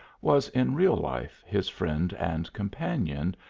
was in real life his friend and companion,